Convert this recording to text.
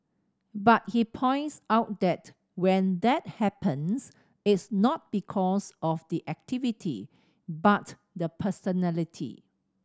but he points out that when that happens it's not because of the activity but the personality